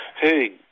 Hey